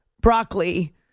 broccoli